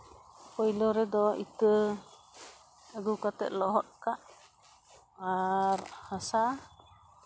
ᱯᱳᱭᱞᱳ ᱨᱮᱫᱤ ᱤᱛᱟᱹ ᱟᱹᱜᱩ ᱠᱟᱛᱮ ᱞᱚᱦᱚᱜ ᱠᱟᱜ ᱟᱨ ᱦᱟᱥᱟ